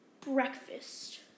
breakfast